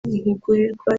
ntigurirwa